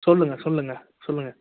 சொல்லுங்கள் சொல்லுங்கள் சொல்லுங்கள்